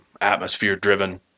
atmosphere-driven